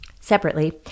Separately